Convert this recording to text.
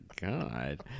god